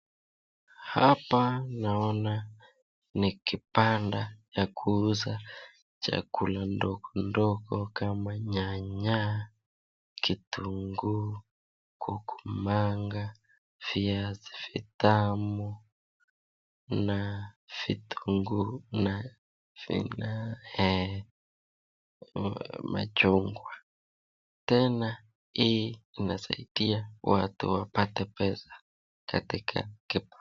Hapa naona ni kibanda ya kuuza chakula ndogo ndogo kama manyanya, kituguu, kukumanga, viazi vitamu na vitunguu na machungwa. Tena hii inasaidia watu wapate pesa katika kibanda.